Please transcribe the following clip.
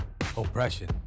oppression